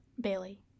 Bailey